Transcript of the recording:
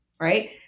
Right